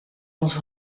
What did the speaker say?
onze